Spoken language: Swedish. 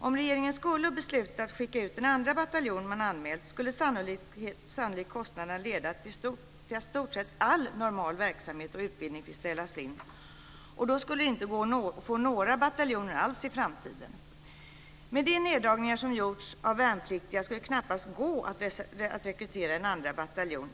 Om regeringen skulle besluta att skicka ut den andra bataljon den anmält skulle sannolikt kostnaderna leda till att i stort sett all normal verksamhet och utbildning fick ställas in. Då skulle det inte gå att få några bataljoner alls i framtiden. Med de neddragningar som gjorts av värnpliktiga skulle det knappast gå att rekrytera en andra bataljon.